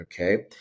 Okay